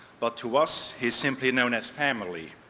but to us he's simply known as family.